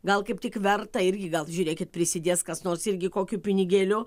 gal kaip tik verta irgi gal žiūrėkit prisidės kas nors irgi kokiu pinigėliu